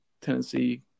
Tennessee